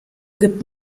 gibt